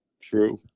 True